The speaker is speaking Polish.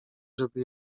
żeby